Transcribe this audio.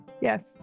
Yes